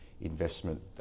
investment